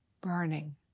burning